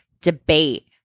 debate